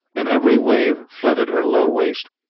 and every wave flooded her low waist.